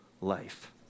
life